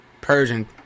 Persian